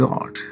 God